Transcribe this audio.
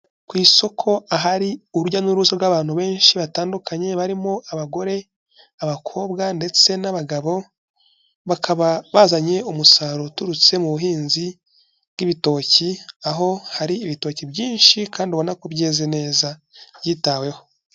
Ku isoko ahari urujya n'uruza rw'abantu benshi batandukanye, barimo abagore, abakobwa ndetse n'abagabo, bakaba bazanye umusaruro uturutse mu buhinzi bw'ibitoki, aho hari ibitoki byinshi kandi ubonako byeze neza byitaweho.